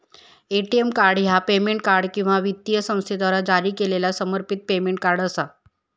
ATM card ह्या payment card किंवा वित्तीय संस्थेद्वारा जारी केलेला समर्पित पेमेंट कार्ड असा